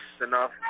Enough